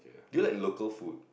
do you like local food